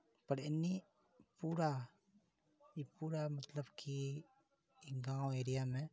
पर एने पुरा ई पुरा मतलब कि गाँव एरिआमे